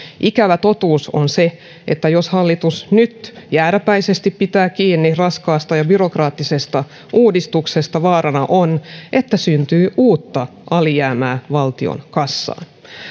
ikävä totuus on se että jos hallitus nyt jääräpäisesti pitää kiinni raskaasta ja byrokraattisesta uudistuksesta vaarana on että syntyy uuttaa alijäämää valtion kassaan